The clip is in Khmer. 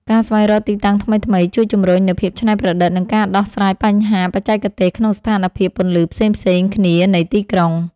ការស្វែងរកទីតាំងថ្មីៗជួយជម្រុញនូវភាពច្នៃប្រឌិត និងការដោះស្រាយបញ្ហាបច្ចេកទេសក្នុងស្ថានភាពពន្លឺផ្សេងៗគ្នានៃទីក្រុង។